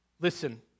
Listen